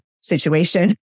situation